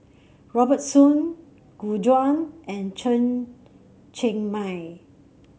Robert Soon Gu Juan and Chen Cheng Mei